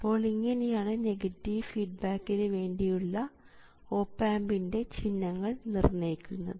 അപ്പോൾ ഇങ്ങനെയാണ് നെഗറ്റീവ് ഫീഡ്ബാക്കിന് വേണ്ടിയുള്ള ഓപ് ആമ്പിൻറെ ചിഹ്നങ്ങൾ നിർണ്ണയിക്കുന്നത്